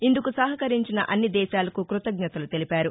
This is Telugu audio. ఇందుకు సహకరించిన అన్ని దేశాలకు కృతజ్ఞతలు తెలిపారు